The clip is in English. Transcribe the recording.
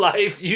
Life